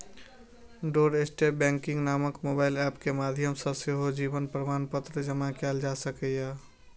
doorstep banking नामक mobile app के माध्यम सं सेहो जीवन प्रमाणपत्र जमा कैल जा सकैए